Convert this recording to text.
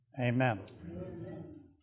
amen